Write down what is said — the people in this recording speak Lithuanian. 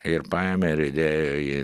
ir paėmė ir įdėjo į